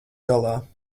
galā